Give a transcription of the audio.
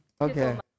Okay